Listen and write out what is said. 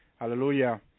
Hallelujah